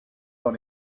dans